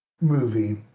movie